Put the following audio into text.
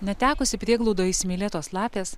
netekusi prieglaudoj įsimylėtos lapės